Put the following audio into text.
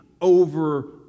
over